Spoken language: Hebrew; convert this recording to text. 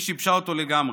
היא שיבשה אותו לגמרי,